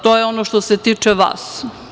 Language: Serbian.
To je ono što se tiče vas.